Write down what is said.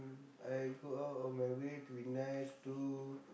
mm I go out of my way to be nice to